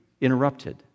interrupted